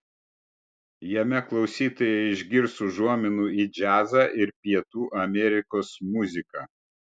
jame klausytojai išgirs užuominų į džiazą ir pietų amerikos muziką